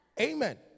Amen